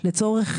השאלה היא: